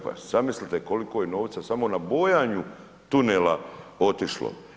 Pa zamislite koliko je novca samo na bojanju tunela otišlo.